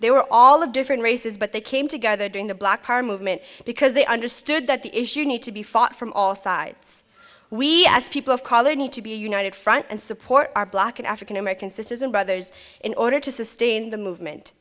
they were all of different races but they came together during the black power movement because they understood that the issue need to be fought from all sides we as people of color need to be united front and support our black and african american sisters and brothers in order to sustain the movement